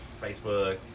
Facebook